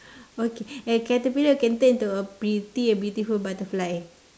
okay eh caterpillar can turn to a pretty and beautiful butterfly